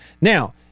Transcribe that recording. Now